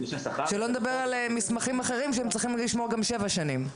שלא לדבר על מסמכים אחרים שהם צריכים לשמור גם שבע שנים.